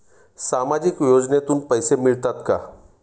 सामाजिक योजनेतून पैसे मिळतात का?